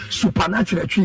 supernatural